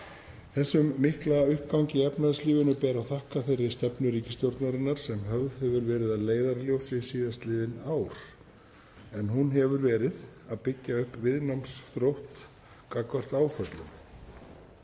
Þessum mikla uppgangi í efnahagslífinu ber að þakka þeirri stefnu ríkisstjórnarinnar sem höfð hefur verið að leiðarljósi síðastliðin ár en hún hefur verið að byggja upp viðnámsþrótt gagnvart áföllum.